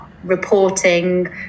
Reporting